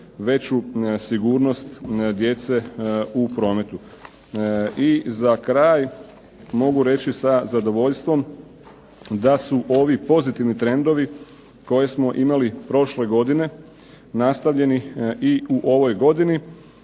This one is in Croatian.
veću sigurnost djece u prometu. I za kraj mogu reći sa zadovoljstvom da su ovi pozitivni trendovi koje smo imali prošle godine nastavljeni i u ovoj godini